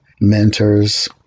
mentors